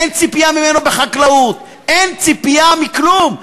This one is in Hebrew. אין ציפייה ממנו בחקלאות, אין ציפייה מכלום.